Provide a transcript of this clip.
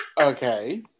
Okay